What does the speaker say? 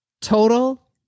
Total